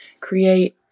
create